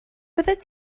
byddet